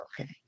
okay